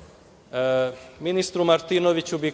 itd. Ministru Martinoviću hteo bih